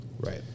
Right